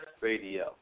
radio